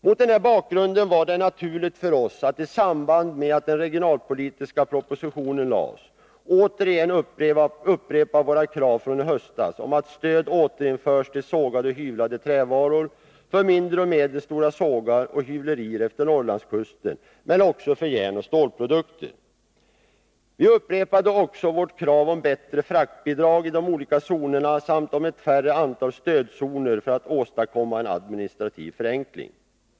Mot den här bakgrunden var det naturligt för oss att i samband med att den regionalpolitiska propositionen lades fram återigen upprepa våra krav från i höstas om att stöd skulle återinföras för sågade och hyvlade trävaror för mindre och medelstora sågar och hyvlerier efter Norrlandskusten, men också för järnoch stålprodukter. Vi upprepade också våra krav på bättre fraktbidrag i de olika zonerna samt på ett färre antal stödzoner för att åstadkomma en administrativ förenkling.